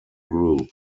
group